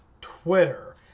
Twitter